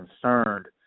concerned